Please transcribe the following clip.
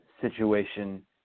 situation